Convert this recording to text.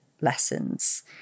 lessons